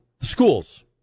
schools